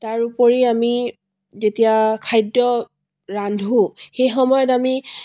তাৰ উপৰি আমি যেতিয়া খাদ্য ৰান্ধো সেই সময়ত আমি